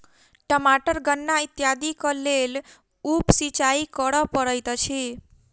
टमाटर गन्ना इत्यादिक लेल उप सिचाई करअ पड़ैत अछि